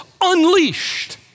unleashed